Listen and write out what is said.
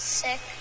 sick